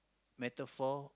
metaphor